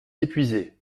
épuisé